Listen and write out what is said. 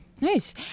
Nice